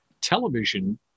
television